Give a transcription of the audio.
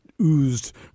oozed